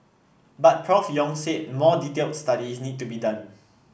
but Prof Yong said more detailed studies need to be done